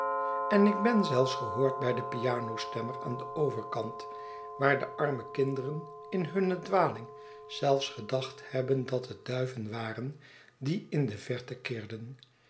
en ik ben zelfs gehoord bij den pianostemmer aan den overkant waar de arme kinderen in hunne dwaling zelfs gedacht hebben dat het duiven waren die in de verte kirden